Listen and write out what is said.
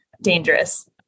dangerous